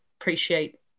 appreciate